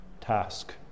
task